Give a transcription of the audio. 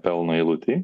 pelno eilutėj